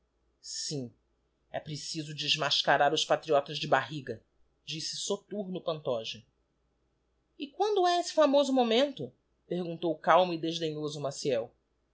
sim preciso desmascarar os patriotas de é barriga disse soturno pantoja e quando esse famoso momento perguntou é calmo desdenhoso maciel